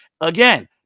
again